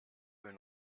will